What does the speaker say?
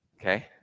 Okay